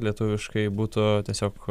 lietuviškai būtų tiesiog